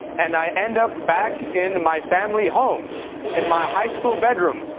and i end up back in my family home in my high school bedroom,